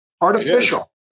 Artificial